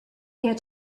here